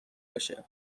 باشه